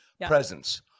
presence